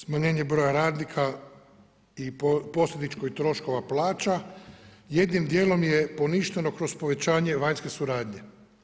Smanjenje broja radnika i posljedično troškova plaća, jednim dijelom je poništeno kroz povećanje vanjske suradnje.